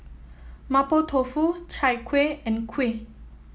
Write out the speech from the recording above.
Mapo Tofu Chai Kueh and kuih